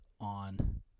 on